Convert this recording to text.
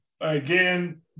again